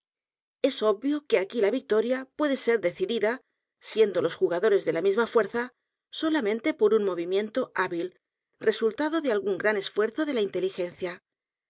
es obvio que aquí la victoria puede ser decidida siendo los j u g a d o r e s de la misma fuerza solamente por un movimiento hábil resultado de algún gran esfuerzo de la inteligencia